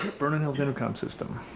burning held intercom system.